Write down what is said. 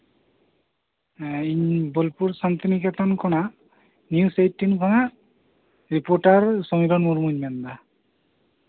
ᱦᱮᱸ ᱤᱧ ᱵᱳᱞᱯᱩᱨ ᱥᱟᱱᱛᱤᱱᱤᱠᱮᱛᱚᱱ ᱠᱚᱱᱟᱜ ᱱᱤᱭᱩᱡ ᱮᱭᱤᱴᱴᱤᱱ ᱠᱷᱚᱱᱟᱜ ᱨᱤᱯᱳᱨᱴᱟᱨ ᱥᱚᱝᱠᱚᱨ ᱢᱩᱨᱢᱩᱧ ᱢᱮᱱᱮᱫᱟ